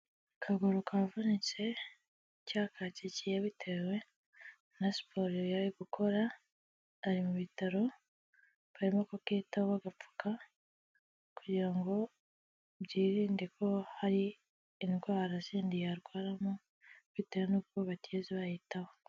Akaguru ka avunitse cyangwa katsikiye bitewe na siporo yari ari gukora ari mu bitaro barimo kubyitaho bagapfuka kugira ngo byirinde ko hari indwara z'indi yarwaramo bitewe n'uko batigeze bahitaho.